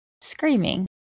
screaming